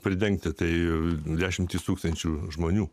pridengti tai dešimtys tūkstančių žmonių